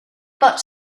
but